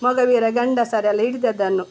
ಮೊಗವೀರ ಗಂಡಸರೆಲ್ಲ ಹಿಡಿದದ್ದನ್ನು